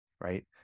right